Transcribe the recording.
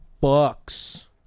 bucks